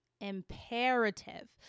imperative